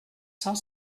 cent